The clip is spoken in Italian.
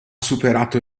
superato